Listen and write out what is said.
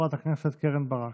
חברת הכנסת קרן ברק.